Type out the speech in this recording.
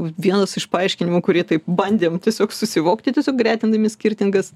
vienas iš paaiškinimų kurie taip bandėm tiesiog susivokti tiesiog gretindami skirtingas